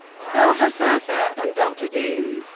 silver surfer, and doctor doom.